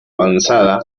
avanzada